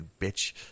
bitch